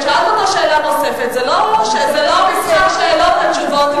שאלת אותו שאלה נוספת, זה לא משחק שאלות ותשובות.